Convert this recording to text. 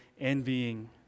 envying